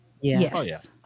Yes